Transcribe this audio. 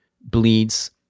bleeds